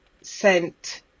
sent